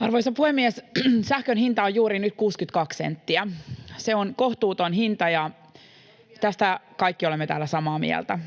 Arvoisa puhemies! Sähkön hinta on juuri nyt 62 senttiä. Se on kohtuuton hinta, ja tästä kaikki täällä olemme samaa mieltä.